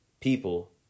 people